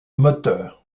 moteur